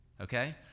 okay